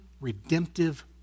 redemptive